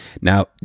Now